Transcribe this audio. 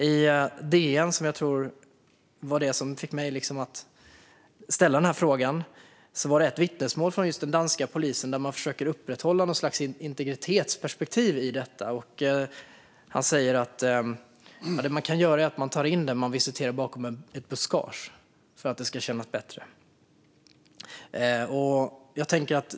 I DN var det ett vittnesmål från en dansk polis, som jag tror var det som fick mig att ställa interpellationen, om hur man försöker upprätthålla något slags integritetsperspektiv i detta. Han säger att det man kan göra är att ta in den man ska visitera bakom ett buskage, för att det ska kännas bättre.